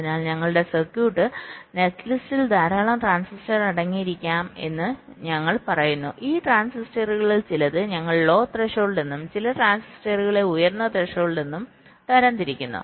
അതിനാൽ ഞങ്ങളുടെ സർക്യൂട്ട് നെറ്റ്ലിസ്റ്റിൽ ധാരാളം ട്രാൻസിസ്റ്ററുകൾ അടങ്ങിയിരിക്കാമെന്ന് ഞങ്ങൾ പറയുന്നു ഈ ട്രാൻസിസ്റ്ററുകളിൽ ചിലത് ഞങ്ങൾ ലോ ത്രെഷോൾഡ് എന്നും ചില ട്രാൻസിസ്റ്ററുകളെ ഉയർന്ന ത്രെഷോൾഡ് എന്നും തരംതിരിക്കുന്നു